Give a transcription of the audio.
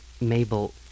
Mabel